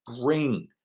bring